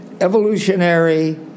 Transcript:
evolutionary